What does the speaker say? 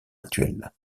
actuel